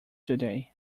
today